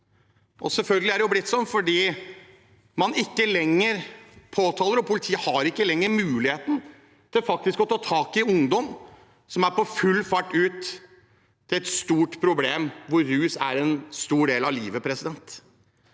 Selvfølgelig er det blitt sånn fordi man ikke lenger påtaler, og politiet ikke lenger har muligheten til faktisk å ta tak i ungdom som er på full fart inn i et stort problem hvor rus er en stor del av livet. Det